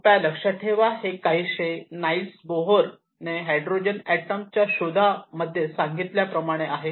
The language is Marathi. कृपया लक्षात ठेवा हे काहीसे नाईल्स बोहर ने हायड्रोजन एटम च्या शोधामध्ये सांगितल्याप्रमाणेच आहे